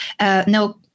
no